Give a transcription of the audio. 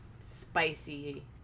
spicy